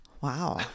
Wow